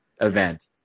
event